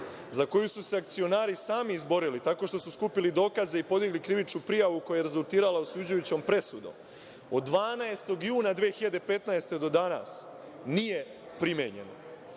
za koju su se akcionari sami izborili tako što su skupili dokaze i podigli krivičnu prijavu, koja je rezultirala osuđujućom presudom, od 12. juna 2015. godine do danas nije primenjena. Tražili